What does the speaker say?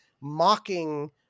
mocking